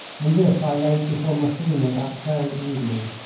and this i laid before massena that very evening.